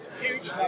huge